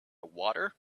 water